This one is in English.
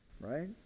right